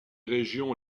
régions